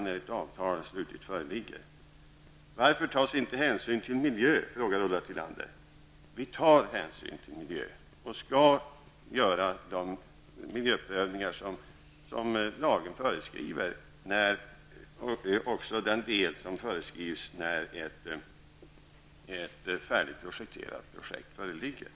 när ett avtal slutligt föreligger. Ulla Tillander frågade varför det inte tas någon hänsyn till miljön. Regeringen tar hänsyn till miljön och skall göra de miljöprövningar som lagen föreskriver när ett färdigprojekterat projekt föreligger.